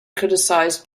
criticized